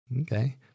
Okay